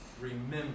remember